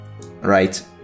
Right